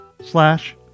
slash